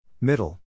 Middle